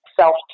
self